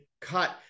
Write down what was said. cut